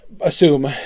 Assume